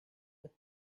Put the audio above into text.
with